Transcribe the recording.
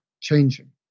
changing